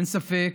אין ספק